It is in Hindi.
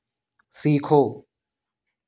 सीखो